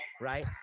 right